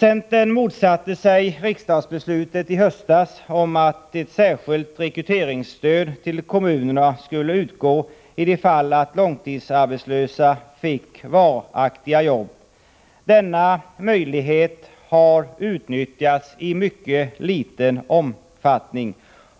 Centern motsatte sig riksdagsbeslutet i höstas om att ett särskilt rekryteringsstöd till kommunerna skulle utgå i de fall då långtidsarbetslösa fick varaktiga jobb. Denna möjlighet har utnyttjats i mycket liten omfattning.